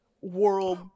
world